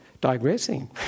digressing